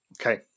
Okay